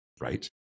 Right